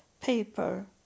paper